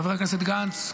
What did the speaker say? חבר הכנסת גנץ,